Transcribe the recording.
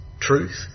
truth